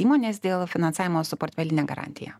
įmonės dėl finansavimo su portfeline garantija